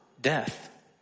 death